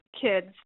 kids